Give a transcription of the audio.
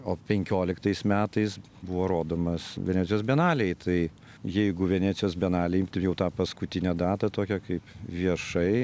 o penkioliktais metais buvo rodomas venecijos bienalėj tai jeigu venecijos bienalėj jau tą paskutinę datą tokią kaip viešai